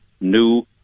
new